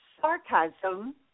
sarcasm